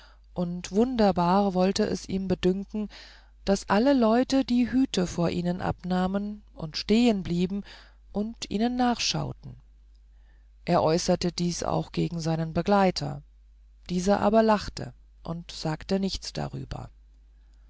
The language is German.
und wunderbar wollte es ihm bedünken daß alle leute die hüte vor ihnen abnahmen und stehenblieben und ihnen nachschauten er äußerte dies auch gegen seinen begleiter dieser aber lachte und sagte nichts darüber